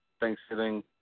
Thanksgiving